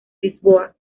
lisboa